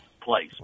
place